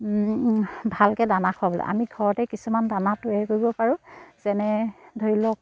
ভালকৈ দানা খুৱাব আমি ঘৰতে কিছুমান দানা তৈয়াৰ কৰিব পাৰোঁ যেনে ধৰি লওক